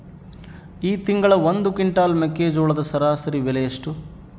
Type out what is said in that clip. ಈ ತಿಂಗಳ ಒಂದು ಕ್ವಿಂಟಾಲ್ ಮೆಕ್ಕೆಜೋಳದ ಸರಾಸರಿ ಬೆಲೆ ಎಷ್ಟು?